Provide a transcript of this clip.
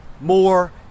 more